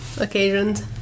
occasions